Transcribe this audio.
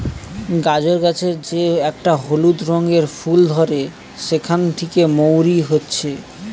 গাজর গাছের যে একটা হলুদ রঙের ফুল ধরে সেখান থিকে মৌরি হচ্ছে